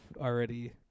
already